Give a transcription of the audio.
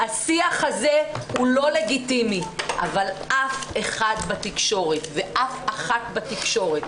השיח הזה הוא לא לגיטימי אבל אף אחד בתקשורת ואף אחת בתקשורת,